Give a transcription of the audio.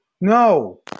no